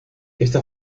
esta